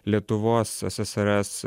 lietuvos ssrs